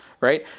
Right